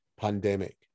pandemic